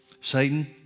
Satan